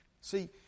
See